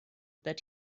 that